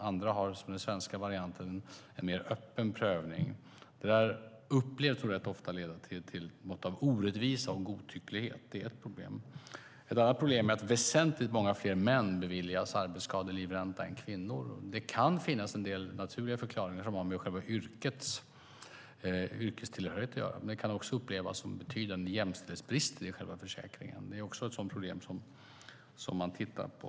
Andra har, som i den svenska varianten, en mer öppen prövning. Det upplevs, tror jag, rätt ofta som att det leder till ett mått av orättvisa och godtycklighet. Det är ett problem. Ett annat problem är att väsentligt fler män beviljas arbetsskadelivränta än kvinnor. Det kan finnas en del naturliga förklaringar som har med yrkestillhörigheten att göra. Men det kan också upplevas som att det är betydande jämställdhetsbrister i själva försäkringen. Det är också ett problem som man tittar på.